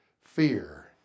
fear